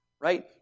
right